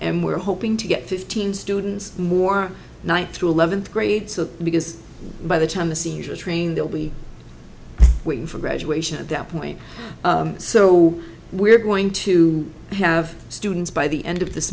and we're hoping to get fifteen students more one through eleventh grade so because by the time the seniors are trained they'll be waiting for graduation at that point so we're going to have students by the end of this